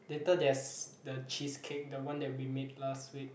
later there's the cheesecake the one that we made last week